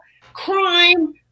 crime